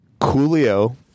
Coolio